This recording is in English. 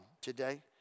today